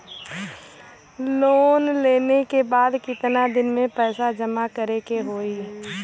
Loan लेले के बाद कितना दिन में पैसा जमा करे के होई?